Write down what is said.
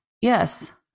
yes